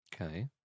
okay